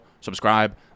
subscribe